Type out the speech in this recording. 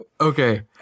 Okay